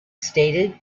stated